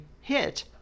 hit